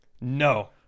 No